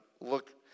look